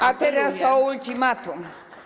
A teraz o ultimatum.